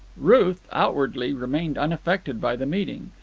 ruth, outwardly, remained unaffected by the meeting,